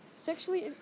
sexually